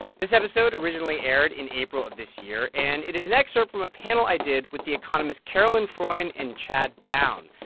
this episode originally aired in april of this year, and it is an excerpt from a panel i did with the economists caroline freund and chad bown.